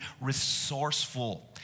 resourceful